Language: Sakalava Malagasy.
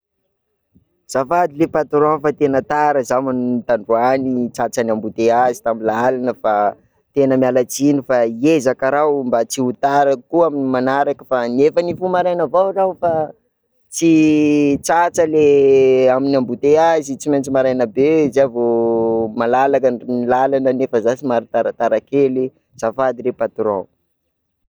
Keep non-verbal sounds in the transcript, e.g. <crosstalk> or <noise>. Azafady ley patron fa tena tara zaho tandroany tratran'ny emboteiazy tamin'ny lalana, fa tena miala tsiny fa hiezaka r'aho mba tsy ho tara koa amin'ny manaraka, fa nefa nifoha maraina avao r'aho fa tsy <hesitation> tratra le amin'ny emboteiazy, tsy maintsy maraina be zay vao <hesitation> malalaka ny lalana nefa zaho somary taratara kely, azafady ley patron.